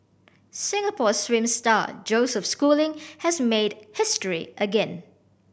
Singapore swim star Joseph Schooling has made history again